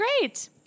great